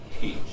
teach